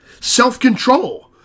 self-control